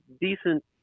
decent